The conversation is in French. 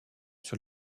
sur